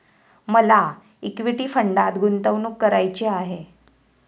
मला इक्विटी फंडात गुंतवणूक करायची आहे